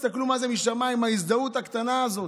תסתכלו מה זה משמיים ההזדהות הקטנה הזאת.